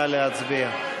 נא להצביע.